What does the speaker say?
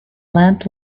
lend